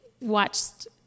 watched